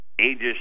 ages